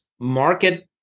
market